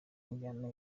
injyana